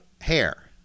hair